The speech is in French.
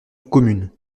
commune